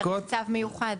צריך צו מיוחד.